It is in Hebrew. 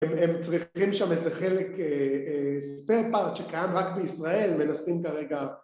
‫הם צריכים שם איזה חלק, ‫third part, שקיים רק בישראל, ‫מנסים כרגע...